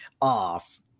off